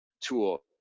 tool